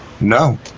no